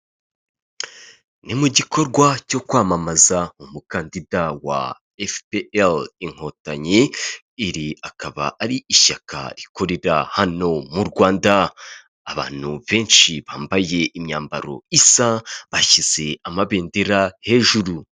Ni mu gikorwa cyo kwamamaza umukandida wa FPR inkotanyi, iri akaba ari ishyaka rikorera hano mu Rwanda, abantu benshi bambaye imyambaro isa bashyize amabendera hejuru.